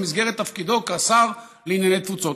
במסגרת תפקידו כשר לענייני תפוצות.